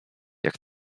jak